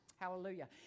Hallelujah